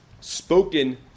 spoken